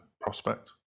prospect